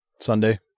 Sunday